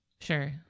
Sure